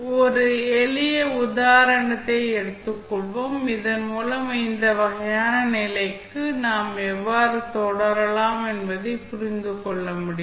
ஒரு எளிய உதாரணத்தை எடுத்துக்கொள்வோம் இதன்மூலம் இந்த வகையான நிலைக்கு நாம் எவ்வாறு தொடரலாம் என்பதை புரிந்து கொள்ள முடியும்